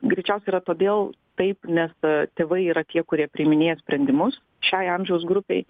greičiausiai yra todėl taip nes tėvai yra tie kurie priiminėja sprendimus šiai amžiaus grupei